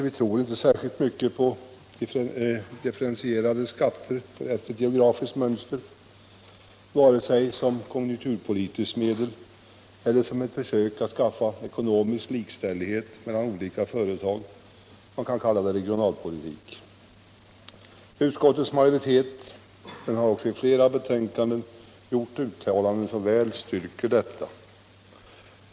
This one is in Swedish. Vi tror inte särskilt mycket på differentierade skatter efter ett geografiskt mönster, vare sig som konjunkturpolitiskt medel eller som ett försök att åstadkomma ekonomisk likställighet mellan olika fö retag — man kan kalla det regionalpolitik. Utskottets majoritet har också i flera betänkanden gjort uttalanden som väl styrker detta.